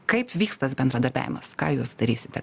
kaip vyks tas bendradarbiavimas ką jūs darysite